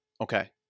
okay